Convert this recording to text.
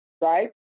right